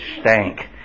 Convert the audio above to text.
stank